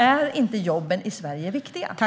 Är inte jobben i Sverige viktiga?